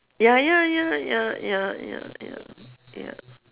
ya ya ya ya ya ya ya ya